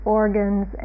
organs